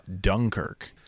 Dunkirk